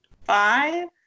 Five